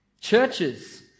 Churches